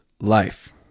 life